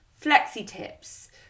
flexi-tips